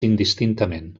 indistintament